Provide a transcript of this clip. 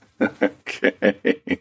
Okay